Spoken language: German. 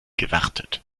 gewartet